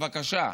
בבקשה,